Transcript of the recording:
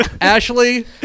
Ashley